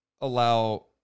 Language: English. allow